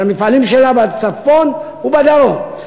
במפעלים שלה בצפון ובדרום.